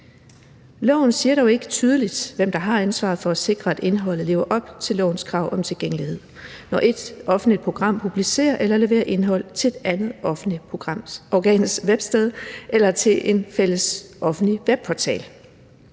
Loven siger dog ikke tydeligt, hvem der har ansvaret for at sikre, at indholdet lever op til lovens krav om tilgængelighed, når et offentligt program publicerer eller leverer indhold til et andet offentligt program, organets websted eller til en fælles offentlig webportal.